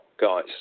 guys